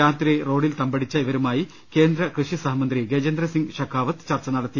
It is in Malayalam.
രാത്രി റോഡിൽ തമ്പടിച്ച ഇവരുമായി കേന്ദ്ര കൃഷി സഹമന്ത്രി ഗജേന്ദ്ര സിംഗ് ഷെഖാവത്ത് ചർച്ച നടത്തി